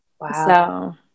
Wow